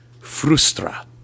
frustra